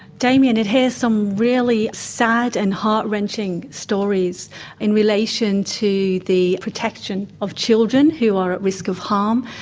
damien, it hears some really sad and heart-wrenching stories in relation to the protection of children who are at risk of harm.